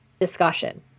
discussion